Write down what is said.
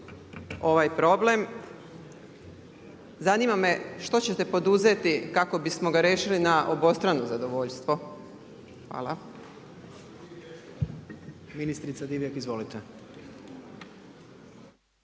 ovaj problem zanima me što ćete poduzeti kako bismo ga rešili na obostrano zadovoljstvo. Hvala. **Jandroković, Gordan